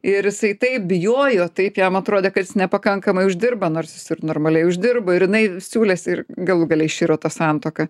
ir jisai taip bijojo taip jam atrodė kad jis nepakankamai uždirba nors jis normaliai uždirbo ir jinai siūlėsi ir galų gale iširo ta santuoka